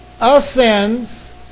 ascends